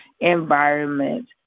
environment